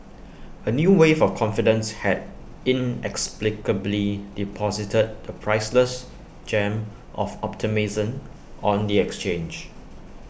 A new wave of confidence had inexplicably deposited the priceless gem of optimism on the exchange